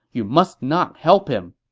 you must not help him.